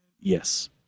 Yes